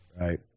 Right